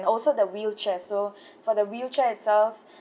and also the wheelchair so for the wheelchair itself